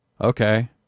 Okay